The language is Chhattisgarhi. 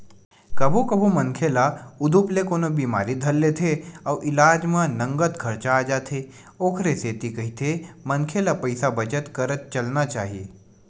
कभू कभू मनखे ल उदुप ले कोनो बिमारी धर लेथे अउ इलाज म नँगत खरचा आ जाथे ओखरे सेती कहिथे मनखे ल पइसा बचत करत चलना चाही